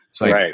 Right